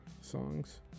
songs